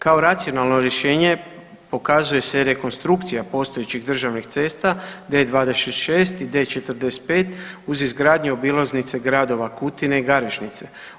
Kao racionalno rješenje pokazuje se rekonstrukcija postojećih državnih cesta D-26 i D-45 uz izgradnju obilaznice gradova Kutine i Garešnice.